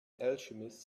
alchemist